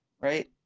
right